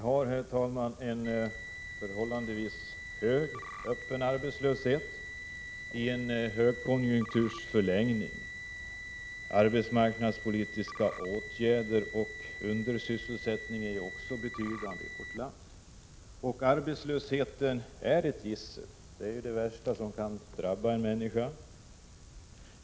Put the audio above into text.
Herr talman! Vi har en förhållandevis hög öppen arbetslöshet i en högkonjunkturs förlängning. Också de arbetsmarknadspolitiska åtgärderna och undersysselsättningen är betydande i vårt land. Arbetslösheten är ett gissel. Arbetslöshet är ju det värsta som kan drabba en människa.